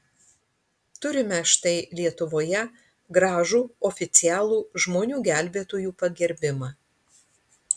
turime štai lietuvoje gražų oficialų žmonių gelbėtojų pagerbimą